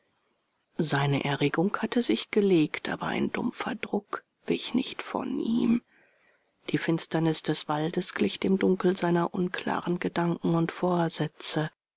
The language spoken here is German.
seine erregung hatte sich gelegt aber ein dumpfer druck wich nicht von ihm die finsternis des waldes glich dem dunkel seiner unklaren gedanken und vorsätze